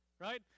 right